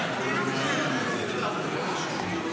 כמה רעל, כמה.